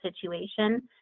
situation